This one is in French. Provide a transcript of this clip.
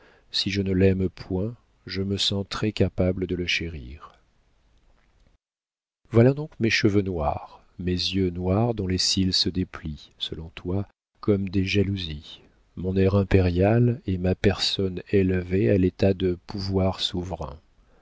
si je ne l'aime point je me sens très-capable de le chérir voilà donc mes cheveux noirs mes yeux noirs dont les cils se déplient selon toi comme des jalousies mon air impérial et ma personne élevée à l'état de pouvoir souverain